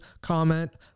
comment